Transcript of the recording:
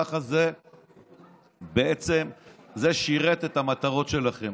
ככה זה שירת את המטרות שלכם.